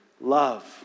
love